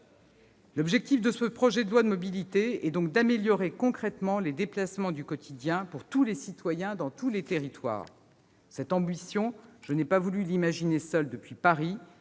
L'objectif de ce projet de loi mobilités est donc d'améliorer concrètement les déplacements du quotidien, pour tous les citoyens et dans tous les territoires. Cette ambition, je n'ai pas voulu l'imaginer seule depuis Paris